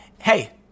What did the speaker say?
Hey